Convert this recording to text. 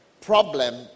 problem